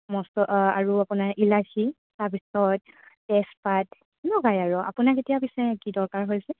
মছ আৰু আপোনাৰ ইলাচী তাৰপিছত তেজপাত এনেকুৱাই আৰু আপোনাক এতিয়া পিছে কি দৰকাৰ হৈছে